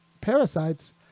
parasites